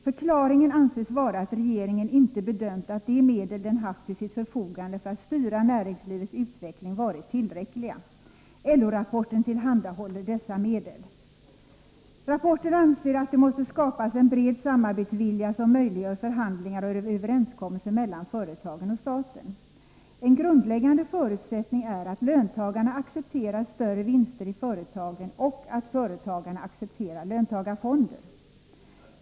Förklaringen anses vara att regeringen inte bedömt att de medel som den haft till sitt förfogande för att styra näringslivets utveckling varit tillräckliga. LO-rapporten tillhandahåller dessa medel. Rapporten anser att det måste skapas en bred samarbetsvilja som möjliggör förhandlingar och överenskommelser mellan företagen och staten. En grundläggande förutsättning är att löntagarna accepterar större vinster i företagen och att företagarna accepterar löntagarfonder.